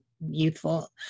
youthful